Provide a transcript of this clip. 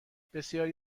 بسیاری